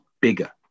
bigger